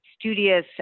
studious